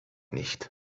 nicht